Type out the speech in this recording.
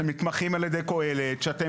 שאתם נתמכים ע"י קהלת.